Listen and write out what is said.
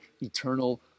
eternal